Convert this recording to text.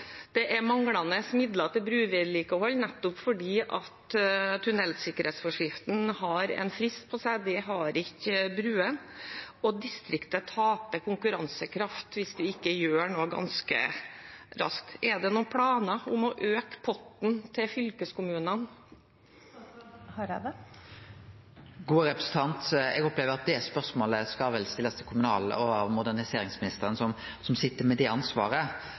det er manglende midler til brovedlikehold, nettopp fordi tunnelsikkerhetsforskriften har en frist på seg – det har ikke broer – og distriktene taper konkurransekraft hvis vi ikke gjør noe ganske raskt. Er det noen planer om å øke potten til fylkeskommunene? Eg opplever at det spørsmålet skal stillast til kommunal- og moderniseringsministeren, som sit med det ansvaret.